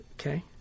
Okay